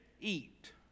eat